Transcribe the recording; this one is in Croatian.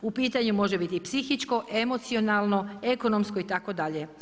U pitanju može biti psihičko, emocionalno, ekonomsko itd.